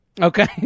Okay